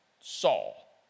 Saul